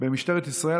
במשטרת ישראל),